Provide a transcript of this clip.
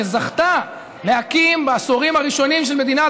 שזכתה להקים בעשורים הראשונים של מדינת